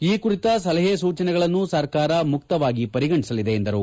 ಈ ಕುರಿತ ಸಲಹೆ ಸೂಚನೆಗಳನ್ನು ಸರ್ಕಾರ ಮುಕ್ತವಾಗಿ ಪರಿಗಣಿಸಲಿದೆ ಎಂದರು